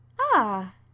Ah